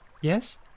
Yes